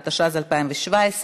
התשע"ז 2017,